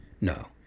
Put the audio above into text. No